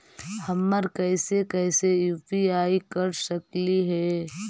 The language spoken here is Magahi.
हम कैसे कैसे यु.पी.आई कर सकली हे?